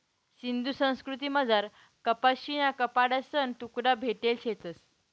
सिंधू संस्कृतीमझार कपाशीना कपडासना तुकडा भेटेल शेतंस